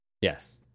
Yes